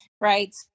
Right